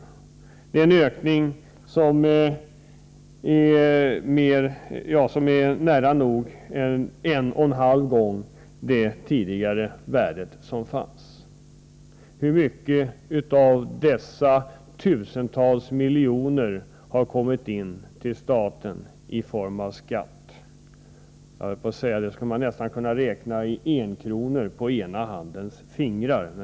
Det innebär en ökning med nära nog 1,5 gånger det tidigare värdet. Hur mycket av dessa tusentals miljoner har kommit in till staten i form av skatt? Det skulle man nästan kunna räkna i enkronor på ena handens fingrar.